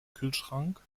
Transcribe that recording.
kühlschrank